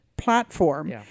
platform